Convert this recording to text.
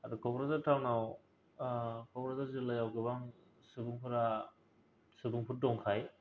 आरो क'क्राझार टाउनाव क'क्राझार जिल्लायाव गोबां सुबुंफोरा सुबुंफोर दंखाय